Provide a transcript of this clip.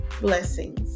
Blessings